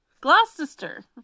Gloucester